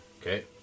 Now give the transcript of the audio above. Okay